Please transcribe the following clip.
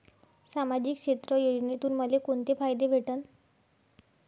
सामाजिक क्षेत्र योजनेतून मले कोंते फायदे भेटन?